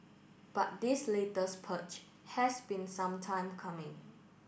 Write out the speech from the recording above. but this latest purge has been some time coming